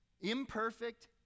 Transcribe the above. imperfect